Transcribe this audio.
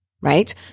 right